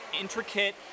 intricate